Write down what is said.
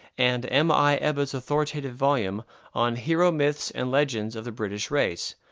and m. i. ebbutt's authoritative volume on hero myths and legends of the british race,